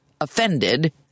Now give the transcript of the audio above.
offended